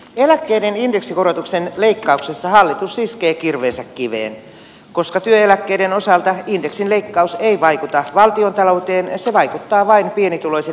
eläkkeiden indeksikorotuksen leikkauksessa hallitus iskee kirveensä kiveen koska työeläkkeiden osalta indeksin leikkaus ei vaikuta valtiontalouteen se vaikuttaa vain pienituloisen eläkeläisen toimeentuloon